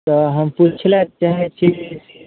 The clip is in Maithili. तऽ हम पुछैलए चाहै छी जे